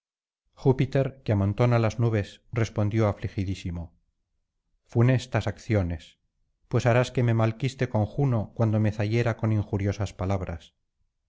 júpiter que amontona las nubes respondió afligidísimo funestas acciones pues harás que me malquiste con juno cuando me zahiera con injuriosas palabras sin